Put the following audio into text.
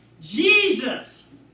Jesus